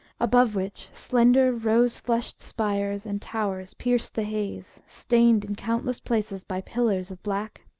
above which slender rose-flushed spires and towers pierced the haze, stained in countless places by pillars of black,